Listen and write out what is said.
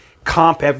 Comp